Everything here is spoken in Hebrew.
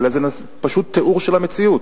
אלא זה פשוט תיאור של המציאות.